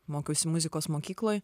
mokiausi muzikos mokykloj